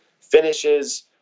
finishes